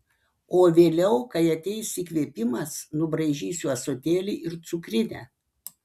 o vėliau kai ateis įkvėpimas nubraižysiu ąsotėlį ir cukrinę